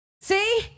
See